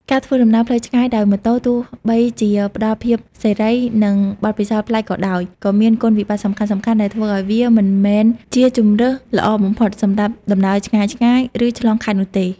ការធ្វើដំណើរផ្លូវឆ្ងាយដោយម៉ូតូ ទោះបីជាផ្តល់ភាពសេរី និងបទពិសោធន៍ប្លែកក៏ដោយ ក៏មានគុណវិបត្តិសំខាន់ៗដែលធ្វើឱ្យវាមិនមែនជាជម្រើសល្អបំផុតសម្រាប់ដំណើរឆ្ងាយៗ ឬឆ្លងខេត្តនោះទេ។